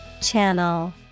Channel